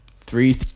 three